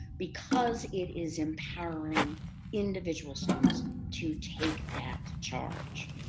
because it is empowering individual students to take that charge.